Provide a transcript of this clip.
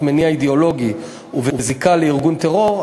מניע אידיאולוגי ובזיקה לארגון טרור,